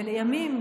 ולימים,